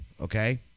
okay